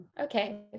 okay